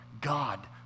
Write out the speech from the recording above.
God